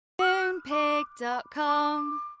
Moonpig.com